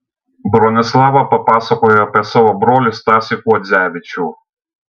bronislava papasakojo apie savo brolį stasį kuodzevičių